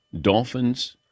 Dolphins